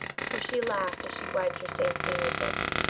for she laughed as she wiped her stained finger tips.